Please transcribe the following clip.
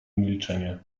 milczenie